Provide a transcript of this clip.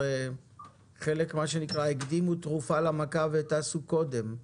הרי חלק ממה שנקרא הקדימו תרופה למכה וטסו קודם,